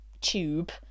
tube